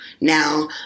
now